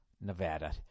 Nevada